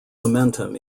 momentum